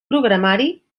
programari